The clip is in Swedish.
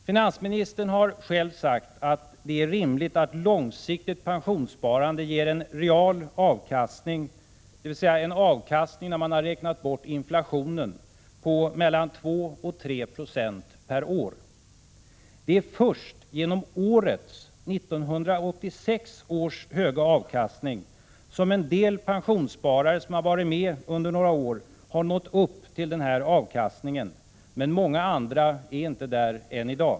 Finansministern har själv sagt att det är rimligt att långsiktigt pensionssparande ger en real avkastning — dvs. en avkastning när inflationen räknats bort — på mellan 2 och 3 26 per år. Det är först genom årets, 1986 års, höga avkastning som en del pensionssparare, som varit med under några år, nått upp till den här avkastningen, men många andra är inte där än.